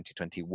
2021